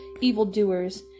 evildoers